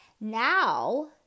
Now